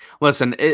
Listen